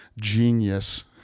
Genius